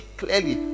clearly